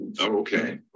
okay